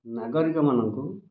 ନାଗରିକମାନଙ୍କୁ